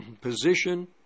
position